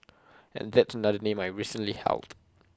and that's another name I've recently held